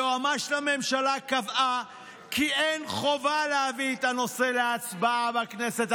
היועמ"ש לממשלה קבעה כי אין חובה להביא את הנושא להצבעה בכנסת,